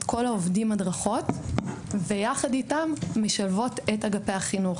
כל העובדים הדרכות ויחד משלבות את אגפי החינוך,